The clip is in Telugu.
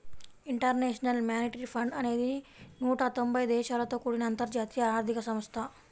ఇంటర్నేషనల్ మానిటరీ ఫండ్ అనేది నూట తొంబై దేశాలతో కూడిన అంతర్జాతీయ ఆర్థిక సంస్థ